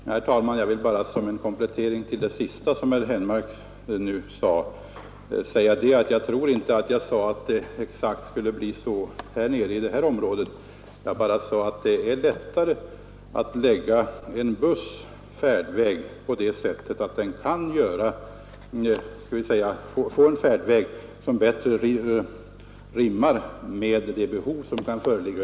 Herr talman! Som en komplettering till vad herr Henmark senast anförde vill jag bara framhålla, att jag inte har sagt att bussarna skulle innebära någon bättre service just i det nu aktuella området. Jag sade bara att det var lättare att se till att en buss får en färdväg, som bättre rimmar med de behov som kan föreligga.